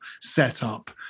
setup